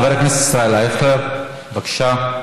חבר הכנסת ישראל אייכלר, בבקשה.